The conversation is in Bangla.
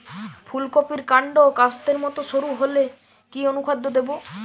ফুলকপির কান্ড কাস্তের মত সরু হলে কি অনুখাদ্য দেবো?